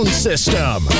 system